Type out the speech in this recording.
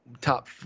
top